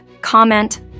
comment